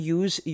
use